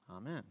Amen